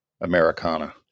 Americana